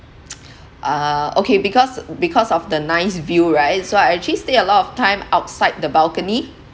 uh okay because because of the nice view right so I actually stay a lot of time outside the balcony